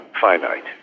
finite